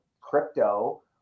crypto